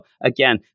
again